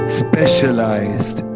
specialized